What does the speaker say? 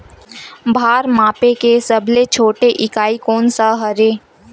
भार मापे के सबले छोटे इकाई कोन सा हरे?